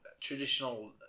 traditional